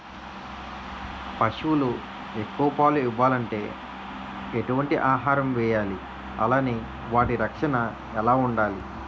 పశువులు ఎక్కువ పాలు ఇవ్వాలంటే ఎటు వంటి ఆహారం వేయాలి అలానే వాటి రక్షణ ఎలా వుండాలి?